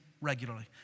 regularly